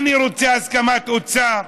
אני רוצה הסכמת אוצר.